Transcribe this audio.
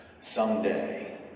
someday